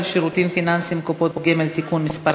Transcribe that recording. שירותים פיננסיים (קופות גמל) (תיקון מס'